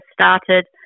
started